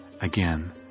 Again